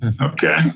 Okay